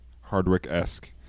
Hardwick-esque